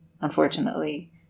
unfortunately